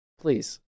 Please